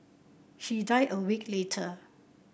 he died a week later